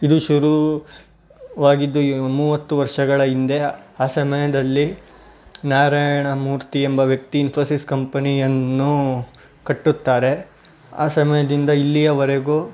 ಇದು ಶುರುವಾಗಿದ್ದು ಮೂವತ್ತು ವರ್ಷಗಳ ಹಿಂದೆ ಆ ಸಮಯದಲ್ಲಿ ನಾರಾಯಣ ಮೂರ್ತಿ ಎಂಬ ವ್ಯಕ್ತಿ ಇನ್ಫೋಸಿಸ್ ಕಂಪನಿಯನ್ನು ಕಟ್ಟುತ್ತಾರೆ ಆ ಸಮಯದಿಂದ ಇಲ್ಲಿಯವರೆಗೂ